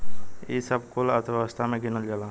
ई सब कुल अर्थव्यवस्था मे गिनल जाला